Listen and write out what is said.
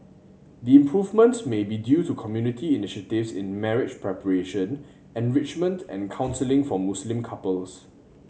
the improvement may be due to community initiatives in marriage preparation enrichment and counselling for Muslim couples